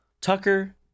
Tucker